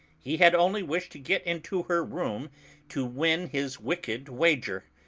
he had only wished to get into her room to win his wicked wager.